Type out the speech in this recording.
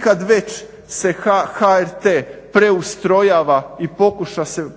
kad se već se HRT preustrojava i